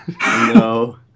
No